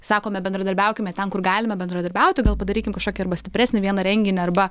sakome bendradarbiaukime ten kur galime bendradarbiauti gal padarykime kažkokį arba stipresnį vieną renginį arba